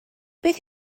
beth